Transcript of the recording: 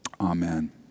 Amen